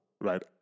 right